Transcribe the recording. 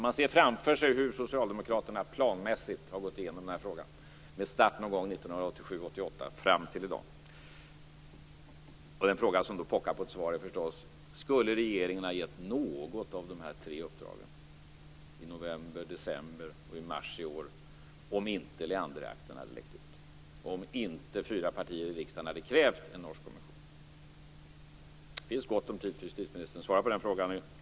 Man ser framför sig hur socialdemokraterna planmässigt har gått igenom den här frågan med start någon gång 1987-1988 fram till i dag. Den fråga som då pockar på ett svar är förstås: Skulle regeringen ha givit något av de här tre uppdragen - i november, i december och i mars i år - om inte Leanderakten hade läckt ut, om inte fyra partier i riksdagen hade krävt en norsk kommission? Det finns gott om tid för justitieministern att svara på den frågan.